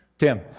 Tim